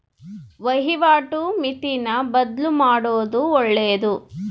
ವಹಿವಾಟು ಮಿತಿನ ಬದ್ಲುಮಾಡೊದು ಒಳ್ಳೆದು